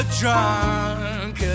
drunk